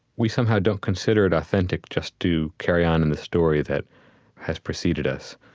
we somehow don't consider it authentic just to carry on and the story that has preceded us.